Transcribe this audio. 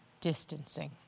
distancing